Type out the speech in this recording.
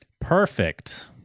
Perfect